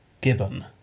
Gibbon